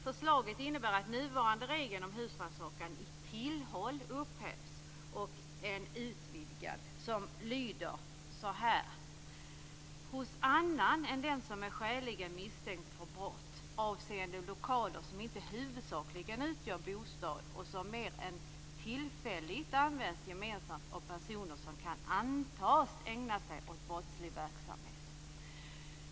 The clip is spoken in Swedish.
Förslaget innebär att nuvarande regeln om husrannsakan i tillhåll upphävs och får en utvidgning som lyder så här: Hos annan än den som är skäligen misstänkt för brott avseende lokaler som inte huvudsakligen utgör bostad och som mer än tillfälligt används gemensamt av personer som kan antas ägna sig åt brottslig verksamhet.